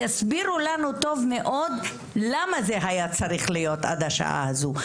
יסבירו לנו טוב מאוד למה זה היה צריך להיות עד השעה הזו.